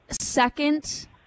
second